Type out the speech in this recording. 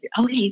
okay